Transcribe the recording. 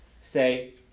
say